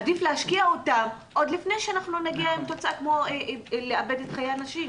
עדיף להשקיע אותם עוד לפני שנגיע לתוצאה של איבוד חיי אנשים.